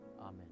Amen